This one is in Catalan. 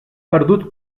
perdut